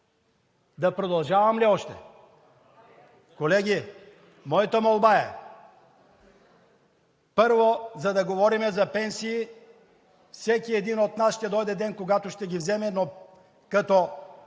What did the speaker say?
Да продължавам ли още? Колеги, моята молба е, първо, за да говорим за пенсии, всеки един от нас ще дойде ден, когато ще ги вземе, но като